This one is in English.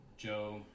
Joe